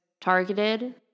targeted